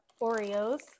Oreos